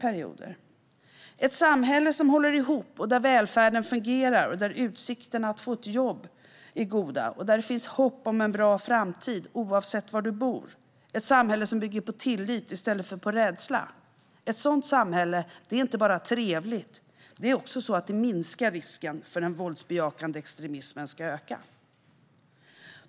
Ett samhälle som håller ihop, där välfärden fungerar, där utsikterna att få ett jobb är goda, där det finns hopp om en bra framtid oavsett var man bor och ett samhälle som bygger på tillit i stället för rädsla - ett sådant samhälle är inte bara trevligt, utan det minskar också risken för att den våldsbejakande extremismen ska växa.